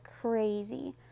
crazy